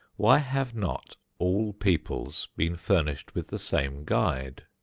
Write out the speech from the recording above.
why have not all peoples been furnished with the same guide?